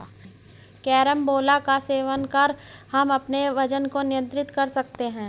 carambola का सेवन कर हम अपने वजन को नियंत्रित कर सकते हैं